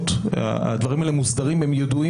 אנחנו אומרים להם: מדד ההצלחה שלכם הוא גבייה.